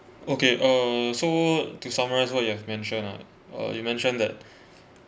okay uh so to summarise what you have mentioned ah uh you mentioned that